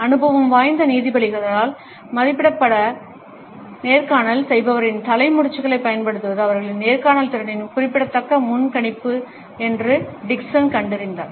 அனுபவம் வாய்ந்த நீதிபதிகளால் மதிப்பிடப்பட்டபடி நேர்காணல் செய்பவரின் தலை முடிச்சுகளைப் பயன்படுத்துவது அவர்களின் நேர்காணல் திறனின் குறிப்பிடத்தக்க முன்கணிப்பு என்று டிக்சன் கண்டறிந்தார்